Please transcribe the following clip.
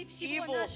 evil